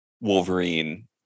Wolverine